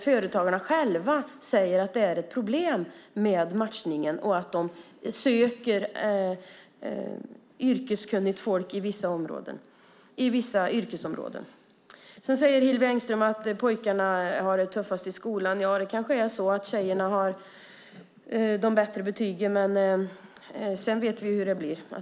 Företagarna själva säger att det är ett problem med matchningen och att de söker yrkeskunnigt folk inom vissa yrkesområden. Hillevi Engström säger att pojkarna har det tuffast i skolan. Det kanske är så att tjejerna har de bättre betygen, men sedan vet vi hur det blir.